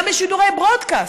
גם בשידורי ברודקאסט,